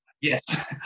Yes